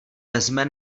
vezme